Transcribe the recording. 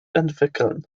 entwickeln